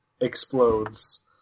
explodes